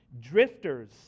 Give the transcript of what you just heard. Drifters